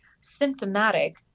symptomatic